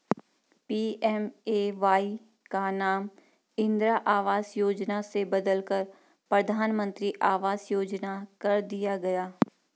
PMAY का नाम इंदिरा आवास योजना से बदलकर प्रधानमंत्री आवास योजना कर दिया गया